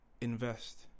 Invest